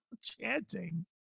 Chanting